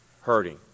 hurting